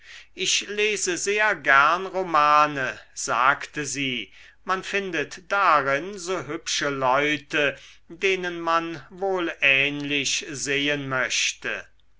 ich lese sehr gern romane sagte sie man findet darin so hübsche leute denen man wohl ähnlich sehen möchte